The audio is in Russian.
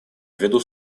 ввиду